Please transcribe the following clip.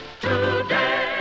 today